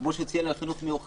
כמו שהוא ציין, החינוך המיוחד.